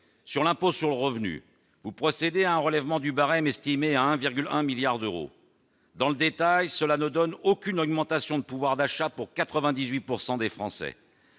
de l'impôt sur le revenu, vous procédez à un relèvement du barème estimé à 1,1 milliard d'euros. Cela n'entraîne aucune augmentation de pouvoir d'achat pour 98 % des Français,